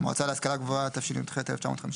המועצה להשכלה גבוהה, התשי"ח-1958,"